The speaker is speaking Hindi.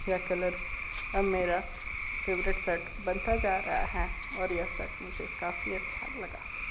यह कलर अब मेरा फेवरेट शर्ट बनता जा रहा है और यह शर्ट मुझे काफ़ी अच्छा लगा